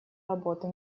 работы